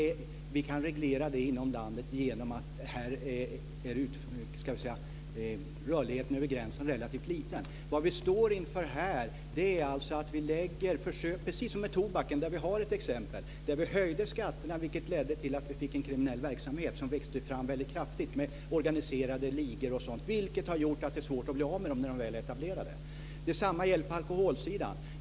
Men vi kan reglera det inom landet genom att rörligheten över gränsen är relativt liten. Vad vi här står inför är precis som med tobaken, där vi har ett exempel. Vi höjde skatterna, vilket ledde till att vi fick en kriminell verksamhet. Den växte väldigt kraftigt med organiserade ligor och sådant, vilket har gjort att det är svårt att bli av med den när de väl är etablerade. Detsamma gäller på alkoholsidan.